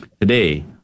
today